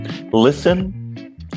listen